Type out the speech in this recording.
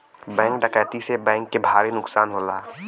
bank डकैती से bank के भारी नुकसान होला